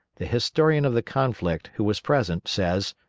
the historian of the conflict, who was present, says,